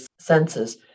senses